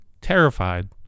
terrified